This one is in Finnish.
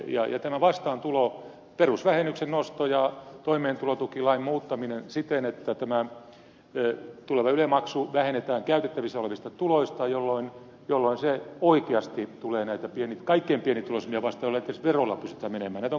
tässä vastaantulossa on perusvähennyksen nosto ja toimeentulotukilain muuttaminen siten että tämä tuleva yle maksu vähennetään käytettävissä olevista tuloista jolloin se oikeasti tulee näitä kaikkein pienituloisimpia vastaan jollei sitten verolla pystytä menemään